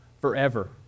forever